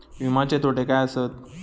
विमाचे तोटे काय आसत?